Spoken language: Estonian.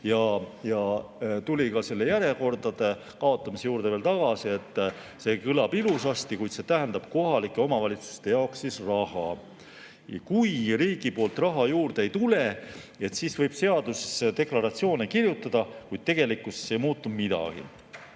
Ta tuli ka tagasi järjekordade kaotamise juurde: see kõlab ilusasti, kuid see tähendab kohalike omavalitsuste jaoks raha. Kui riigi poolt raha juurde ei tule, siis võib seadusi ja deklaratsioone kirjutada, kuid tegelikkuses ei muutu midagi.